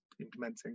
implementing